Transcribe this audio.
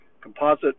Composite